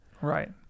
Right